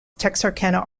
texarkana